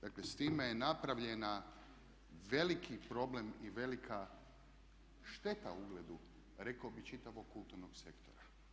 Dakle, s time je napravljen veliki problem i velika šteta ugledu rekao bih čitavog kulturnog sektora.